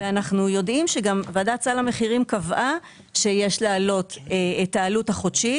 ואנחנו יודעים שגם ועדת סל המחירים קבעה שיש להעלות את העלות החודשית.